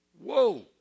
Whoa